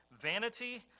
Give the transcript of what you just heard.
Vanity